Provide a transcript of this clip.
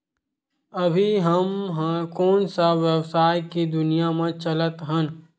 अभी हम ह कोन सा व्यवसाय के दुनिया म चलत हन?